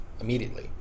immediately